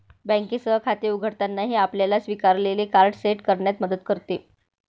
बँकेसह खाते उघडताना, हे आपल्याला स्वीकारलेले कार्ड सेट करण्यात मदत करते